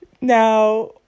Now